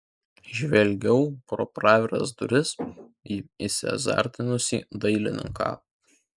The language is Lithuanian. žvelgiau pro praviras duris į įsiazartinusį dailininką